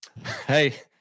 Hey